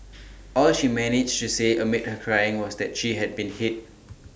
all she managed to say amid her crying was that she had been hit